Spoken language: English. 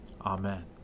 Amen